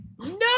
no